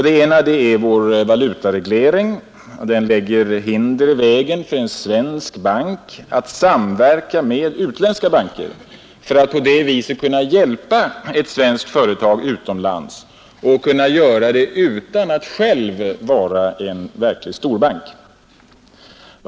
Det ena är att vår valutareglering lägger hinder i vägen för en svensk bank att samverka med utländska banker för att på det viset kunna hjälpa ett svenskt företag utomlands och kunna göra det utan att själv vara en verklig storbank.